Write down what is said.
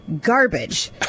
garbage